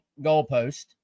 goalpost